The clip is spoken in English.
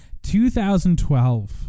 2012